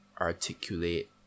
articulate